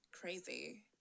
crazy